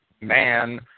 man